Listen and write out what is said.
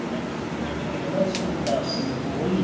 excellent, okay, and let's talk about singapore, yeah